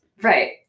Right